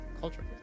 culture